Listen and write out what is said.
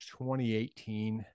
2018